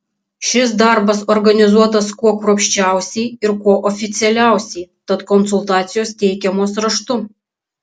šis darbas organizuotas kuo kruopščiausiai ir kuo oficialiausiai tad konsultacijos teikiamos raštu